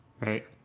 Right